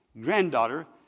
granddaughter